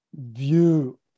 view